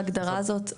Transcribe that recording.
ההגדרה הזאת,